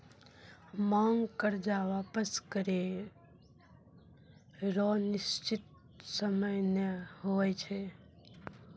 मांग कर्जा वापस करै रो निसचीत सयम नै हुवै छै